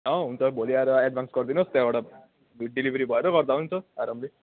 अँ हुन्छ भोलि आएर एडभान्स गरिदिनुहोस् त्यहाँबा डेलिभरी भएर गर्दा हुन्छ आरामले